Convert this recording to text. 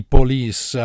Police